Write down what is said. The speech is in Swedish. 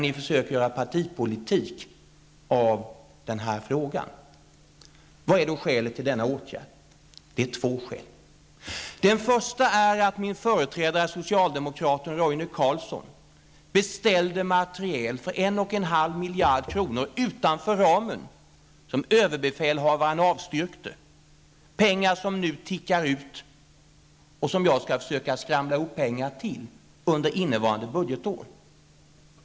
Ni försöker göra partipolitik av den här frågan. Vilket är då skälet till denna åtgärd? Det finns två skäl. Det första är att min företrädare, socialdemokraten Roine Carlsson, beställde materiel för 1,5 miljarder kronor utanför ramen, något som överbefälhavaren avstyrkte. Det är pengar som nu tickar ut och som jag skall försöka skramla ihop medel till under innevarande budgetår.